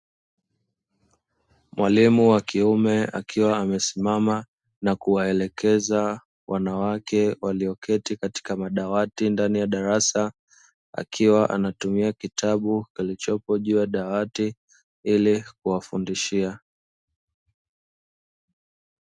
Mwalimu wa kiume akiwa amesimama na kuwaelekeza wanawake walioketi katika madawati ndani ya darasa, akiwa anatumia kitabu kilichopo juu ya dawati; ili kuwafundishia.